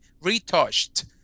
retouched